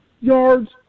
yards